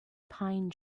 pine